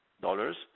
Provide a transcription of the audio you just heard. dollars